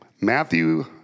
Matthew